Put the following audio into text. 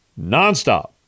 nonstop